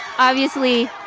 obviously,